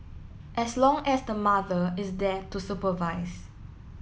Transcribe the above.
as long as the mother is there to supervise